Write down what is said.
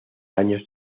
años